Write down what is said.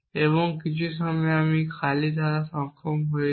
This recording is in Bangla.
এবং কিছু সময়ে আমি খালি ধারা তৈরি করতে সক্ষম হয়েছিলাম